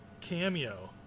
cameo